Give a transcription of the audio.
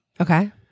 Okay